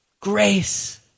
Grace